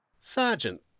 Sergeant